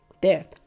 death